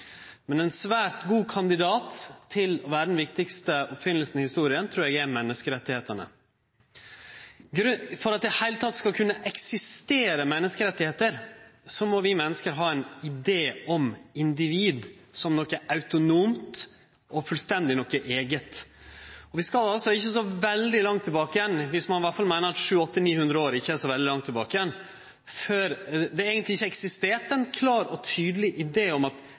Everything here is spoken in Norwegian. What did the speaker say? Men ein svært god kandidat til å vere den viktigaste oppfinninga i historia trur eg er menneskerettane. For at det i det heile skal kunne eksistere menneskerettar, må vi menneske ha ein idé om individet som noko autonomt og fullstendig eige. Og vi skal ikkje så veldig langt tilbake – i alle fall viss ein meiner at 700–800 år ikkje er så veldig langt tilbake – før det eigentleg ikkje eksisterte ein klar og tydeleg idé om at